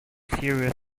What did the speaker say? serious